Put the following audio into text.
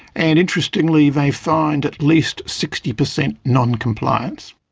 and interestingly they find at least sixty percent non-compliance.